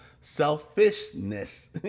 Selfishness